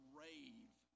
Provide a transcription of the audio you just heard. rave